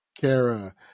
Kara